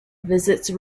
visits